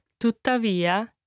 Tuttavia